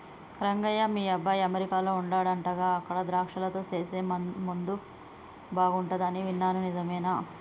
రంగయ్య మీ అబ్బాయి అమెరికాలో వుండాడంటగా అక్కడ ద్రాక్షలతో సేసే ముందు బాగుంటది అని విన్నాను నిజమేనా